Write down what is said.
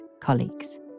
colleagues